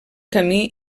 camí